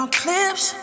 clips